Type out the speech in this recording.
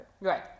Right